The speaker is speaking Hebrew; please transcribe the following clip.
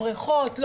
בריכות,